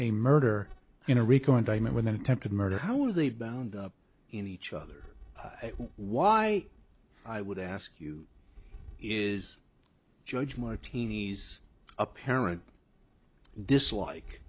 a murder in a rico indictment with an attempted murder how are they bound up in each other why i would ask you is judge martini's apparent dislike